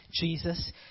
Jesus